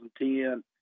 2010